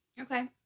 Okay